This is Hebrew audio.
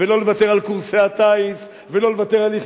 ולא לוותר על קורסי הטיס,